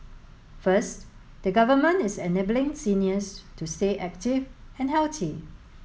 first the Government is enabling seniors to stay active and healthy